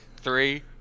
three